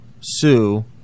Sue